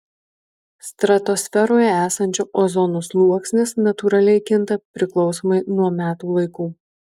stratosferoje esančio ozono sluoksnis natūraliai kinta priklausomai nuo metų laikų